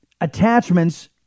attachments